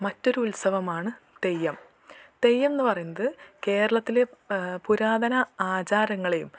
മറ്റൊരുത്സവമാണ് തെയ്യം തെയ്യമെന്നു പറയുന്നത് കേരളത്തിലെ പുരാതന ആചാരങ്ങളെയും